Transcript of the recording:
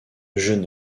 jeune